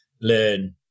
learn